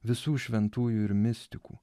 visų šventųjų ir mistikų